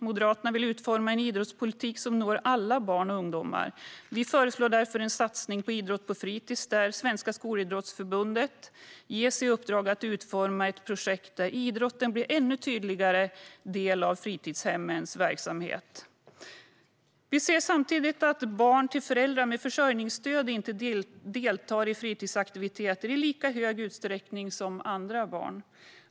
Moderaterna vill utforma en idrottspolitik som når alla barn och ungdomar. Vi föreslår därför en satsning på idrott på fritis där Svenska Skolidrottsförbundet ges i uppdrag att utforma ett projekt där idrotten blir en ännu tydligare del av fritidshemmens verksamhet. Vi ser samtidigt att barn till föräldrar med försörjningsstöd inte deltar i fritidsaktiviteter i lika stor utsträckning som andra barn.